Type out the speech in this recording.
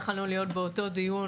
יכולנו להיות באותו דיון,